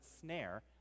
snare